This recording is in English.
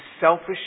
selfish